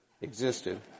existed